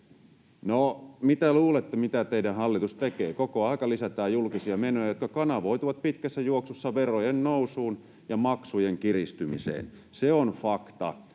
No, mitä luulette, mitä teidän hallituksenne tekee? Koko aika lisätään julkisia menoja, jotka kanavoituvat pitkässä juoksussa verojen nousuun ja maksujen kiristymiseen. Se on fakta,